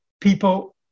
People